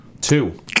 two